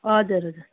हजुर हजुर